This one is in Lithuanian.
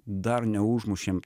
dar neužmušėm